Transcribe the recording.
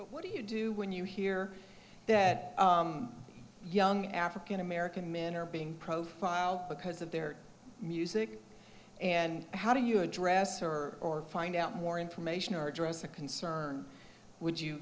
here what do you do when you hear that young african american men are being profiled because of their music and how do you address or or find out more information or address or concern would you